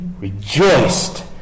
rejoiced